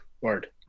word